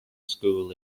school